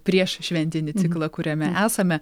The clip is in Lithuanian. prieššventinį ciklą kuriame esame